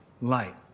light